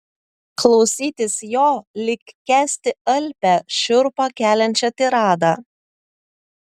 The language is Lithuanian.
klausytis jo lyg kęsti alpią šiurpą keliančią tiradą